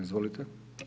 Izvolite.